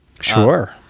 Sure